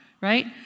Right